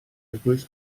eglwys